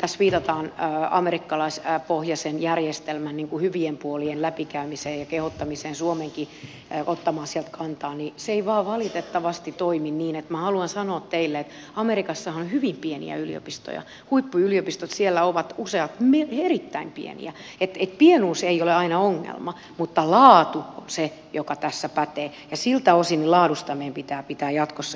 tässä viitataan amerikkalaispohjaisen järjestelmän hyvien puolien läpikäymiseen ja kehotetaan suomeakin ottamaan siihen kantaa niin se ei vaan valitettavasti toimi niin ja minä haluan sanoa teille että amerikassahan on hyvin pieniä yliopistoja useat huippuyliopistot siellä ovat erittäin pieniä niin että pienuus ei ole aina ongelma mutta laatu on se joka tässä pätee ja siltä osin laadusta meidän pitää pitää jatkossakin kiinni